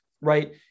right